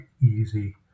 easy